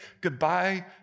goodbye